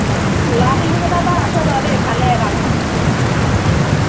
ল'ৰা ছোৱালী কেইটা বাৰু আছে বাৰু দেই ভালে বাৰু